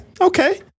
okay